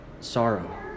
sorrow